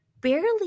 barely